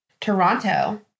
Toronto